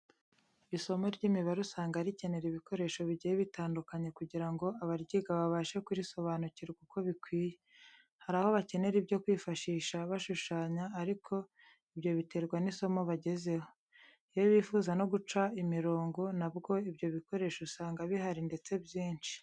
Isomo ry'imibare usanga rikenera ibikoresho bigiye bitandukanye kugira ngo abaryiga babashe kurisobanukirwa uko bikwiye. Hari aho bakenera ibyo kwifashisha bashushanya ariko ibyo biterwa n'isomo bagezeho. Iyo bifuza no guca imirongo na bwo ibyo bikoresho usanga bihari ndetse byinshi.